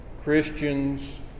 christians